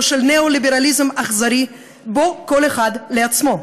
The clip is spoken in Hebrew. אלא של ניאו-ליברליזם אכזרי שבו כל אחד לעצמו,